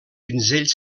pinzell